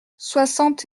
soixante